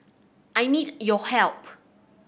I need your help